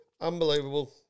Unbelievable